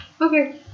Okay